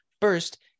first